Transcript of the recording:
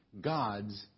God's